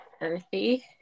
earthy